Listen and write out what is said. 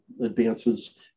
advances